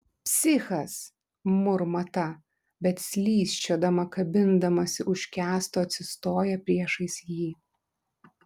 psichas murma ta bet slysčiodama kabindamasi už kęsto atsistoja priešais jį